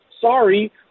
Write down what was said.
sorry